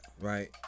Right